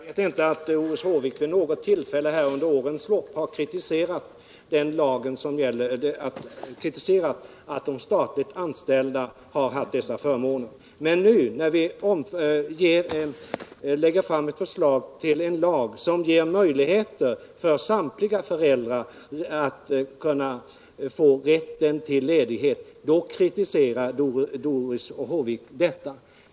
Herr talman! Jag vet inte att Doris Håvik vid något tillfälle under årens topp kriliserat det förhållandet att de statligt anställda har haft dessa förmåner. Men nu, när vi lägger fram ett förslag till en lag som ger möjligheter för samtliga föräldrar att få rätt till ledighet, då kritiserar Doris Håvik det!